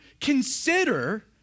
consider